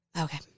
Okay